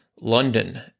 London